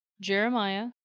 Jeremiah